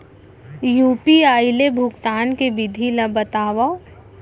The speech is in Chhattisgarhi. यू.पी.आई ले भुगतान के विधि ला बतावव